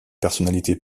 personnalités